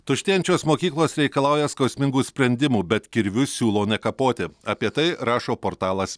tuštėjančios mokyklos reikalauja skausmingų sprendimų bet kirviu siūlo nekapoti apie tai rašo portalas